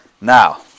Now